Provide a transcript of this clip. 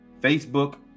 facebook